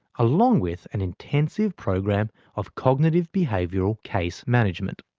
along with an intensive program of cognitive behavioural case management.